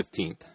15th